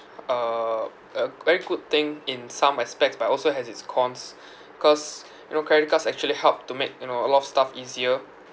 uh a very good thing in some aspects but also has its cons cause you know credit cards actually help to make you know a lot of stuff easier